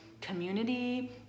community